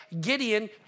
Gideon